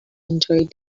enjoyed